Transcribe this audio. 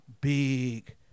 big